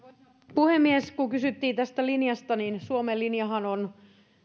puhemies kun kysyttiin tästä linjasta niin suomen linjahan on